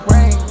Rain